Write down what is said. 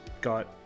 got